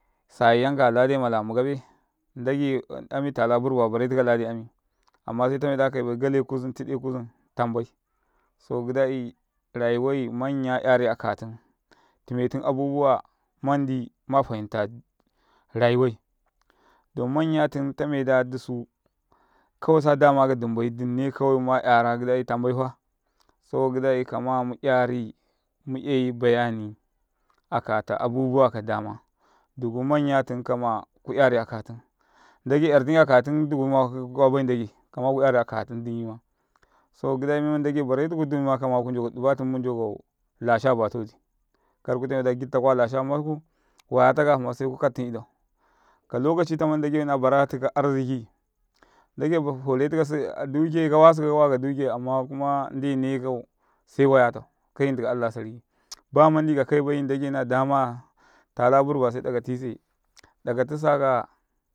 Sayayankaya ladai mala mukabe ndage ami tala burba baretika ladia ami amma se tameda ka kaiƃai gale kuzan tide kuzin tamnai aka tum, tumetum men maɗi tamƃai saba gidai rayuwa ai manya 'yari aka tum, tumetum dusu kawia sadama kadumƃai dumne kawai ma 'yara gidai tamƃaifa saboka gidai kama mu 'yari mu yai bayani aka men gam duku manyatum kama kuyari akatum ndage yari akatum duku kumakwaƃai ndage minman ndage bare tuku dumima kama ku ndoka dubatam mundaka lumbfatabatawaɗi karkamatmeda giɗ kwala lumfatambaku, wayataka kuma sejam kukastumidau' kalokaci marɗi ndage nala bara tika bayayi ndagai fare takasi bayayi kawasise waya tau kayintikau kawasikau amma sewayatau kayintikau Allah sarki bamanɗi kakai ƃai ndagai na damaya talaburba se sakatise.